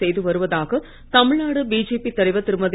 செய்து வருவதாக தமிழ்நாடு பிஜேபி திருமதி